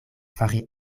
fari